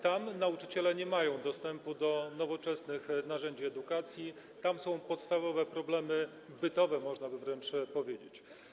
Tam nauczyciele nie mają dostępu do nowoczesnych narzędzi edukacji, tam są podstawowe problemy bytowe, można wręcz powiedzieć.